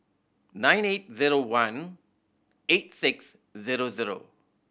nine eight zero one eight six zero zero